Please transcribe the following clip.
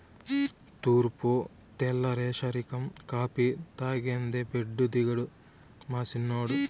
తూర్పు తెల్లారేసరికం కాఫీ తాగందే బెడ్డు దిగడు మా సిన్నోడు